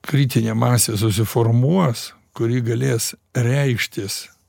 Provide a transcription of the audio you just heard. kritinė masė susiformuos kuri galės reikštis